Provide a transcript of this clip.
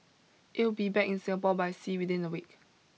it will be back in Singapore by sea within a week